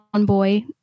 Boy